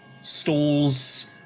stalls